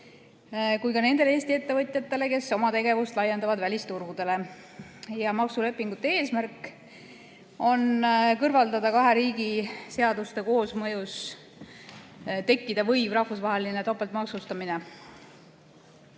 kui ka Eesti ettevõtjatele, kes oma tegevust välisturgudele laiendavad. Maksulepingute eesmärk on kõrvaldada kahe riigi seaduste koosmõjus tekkida võiv rahvusvaheline topeltmaksustamine.